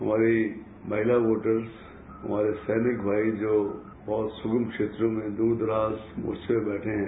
हमारी महिला वोटर्स हमारे सैनिक भाई जो बहुत सुगम क्षेत्रों में द्ररदराज मोर्चे पर बैठे हैं